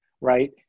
right